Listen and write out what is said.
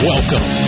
Welcome